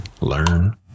learn